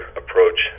approach